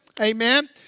Amen